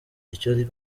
icyo